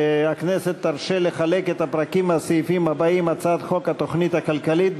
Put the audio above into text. שהכנסת תרשה לחלק את הפרקים מהסעיפים הבאים בהצעת חוק התוכנית הכלכלית,